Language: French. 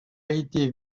été